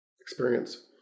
experience